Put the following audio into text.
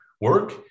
work